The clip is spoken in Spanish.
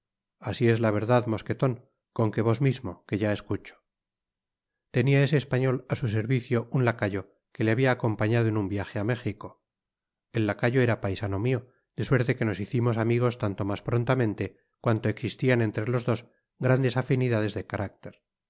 asi es la verdad mosqueton con que vos mismo que ya escucho tenia ese español á su servicio un lacayo que le habia acompañado en un viaje a méjico el lacayo era paisano mio de suerte que nos hicimos amigos tanto mas prontamente cuanto existian entre los dos grandes afinidades de carácter